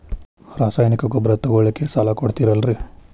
ರಾಸಾಯನಿಕ ಗೊಬ್ಬರ ತಗೊಳ್ಳಿಕ್ಕೆ ಸಾಲ ಕೊಡ್ತೇರಲ್ರೇ?